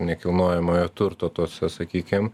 nekilnojamojo turto tuose sakykim